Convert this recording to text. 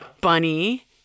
Bunny